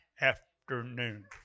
afternoon